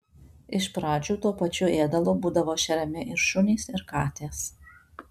iš pradžių tuo pačiu ėdalu būdavo šeriami ir šunys ir katės